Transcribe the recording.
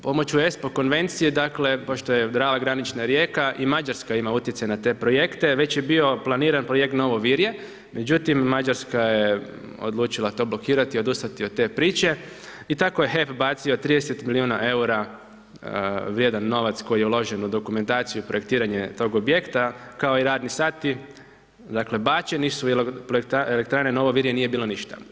Pomoću ESPO konvencije pošto je Drava granična rijeka, i Mađarska ima utjecaj na te projekte, već je bio planiran projekt Novo Virje međutim Mađarska je odlučila to blokirati, odustati od te priče i tako je HEP bacio 30 milijuna eura vrijedan novac koji je uložen u dokumentaciju, projektiranje tog objekta kao i radni sati, dakle bačenu su jer od elektrane Novo Virje nije bilo ništa.